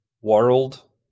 world